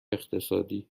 اقتصادی